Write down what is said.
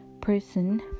person